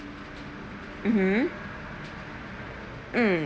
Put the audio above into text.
mmhmm mm